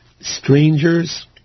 strangers